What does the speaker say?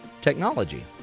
technology